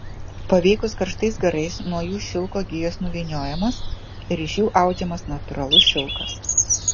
paveikus karštais garais nuo jų šilko gijos nuvyniojamos ir iš jų audžiamas natūralus šilkas